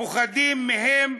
פוחדים מהם,